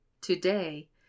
Today